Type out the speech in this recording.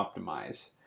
optimize